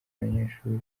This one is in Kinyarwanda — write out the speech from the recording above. abanyeshuri